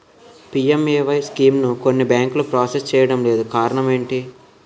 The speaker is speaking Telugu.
పి.ఎం.ఎ.వై స్కీమును కొన్ని బ్యాంకులు ప్రాసెస్ చేయడం లేదు కారణం ఏమిటి?